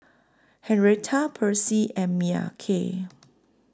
Henrietta Percy and Mykel